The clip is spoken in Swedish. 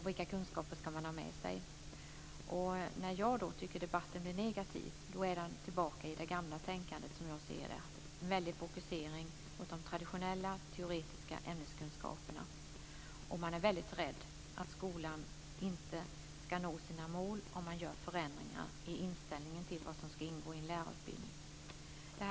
Vilka kunskaper ska man ha med sig? När jag tycker att debatten blir negativ är debatten tillbaka i det gamla tänkandet, nämligen en väldig fokusering runt de traditionella, teoretiska ämneskunskaperna, och man är rädd att skolan inte ska nå sina mål om det görs förändringar i inställningen till vad som ska ingå i en lärarutbildning.